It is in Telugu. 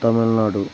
తమిళనాడు